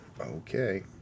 Okay